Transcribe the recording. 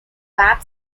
warp